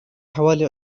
حوالي